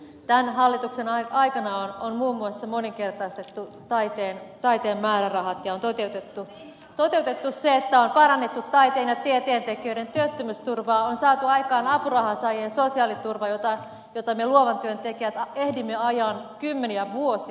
tämän hallituksen aikana on muun muassa moninkertaistettu taiteen määrärahat ja on toteutettu se että on parannettu taiteen ja tieteentekijöiden työttömyysturvaa on saatu aikaan apurahansaajien sosiaaliturva jota me luovan työn tekijät ehdimme ajaa kymmeniä vuosia